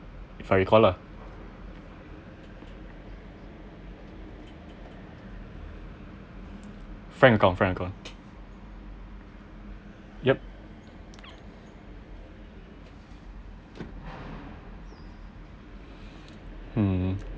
if I recall lah frank account frank account yup hmm